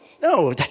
No